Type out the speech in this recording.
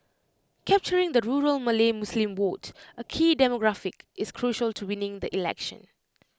capturing the rural Malay Muslim vote A key demographic is crucial to winning the election